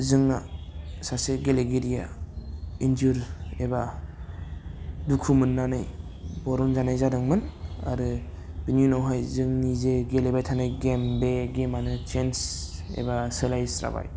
जोंना सासे गेलेगिरिया इन्जिउर एबा दुखु मोननानै बर'नजानाय जादोंमोन आरो बिनि उनावहाय जोंनि जे गेलेबाय थानाय गेम बे गेमानो चेन्ज एबा सोलायस्राबाय